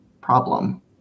problem